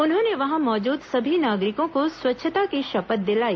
उन्होंने वहां मौजूद सभी नागरिकों को स्वच्छता की शपथ दिलाई